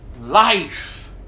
life